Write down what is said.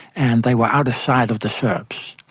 and they were out of sight of the serbs.